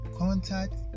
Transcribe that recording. contact